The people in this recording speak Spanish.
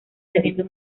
teniendo